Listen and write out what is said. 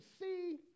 see